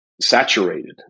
saturated